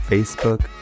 Facebook